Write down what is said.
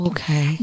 Okay